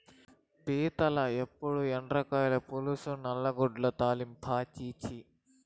పీతల ఏపుడు, ఎండ్రకాయల పులుసు, నత్తగుల్లల తాలింపా ఛీ ఛీ